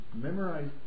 memorize